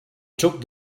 took